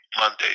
Monday